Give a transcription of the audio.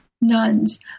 nuns